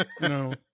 no